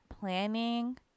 planning